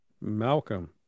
Malcolm